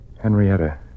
Henrietta